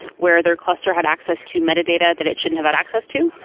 where their cluster had access to metadata that it shouldn't have had access to,